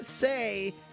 say